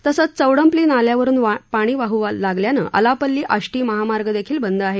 तसंच चौडम्प्ली नाल्यावरुन पाणी वाहन लागल्यानं आलापल्ली आष्ठी महामार्गदेखील बंद आहेत